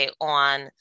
on-